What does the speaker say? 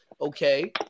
Okay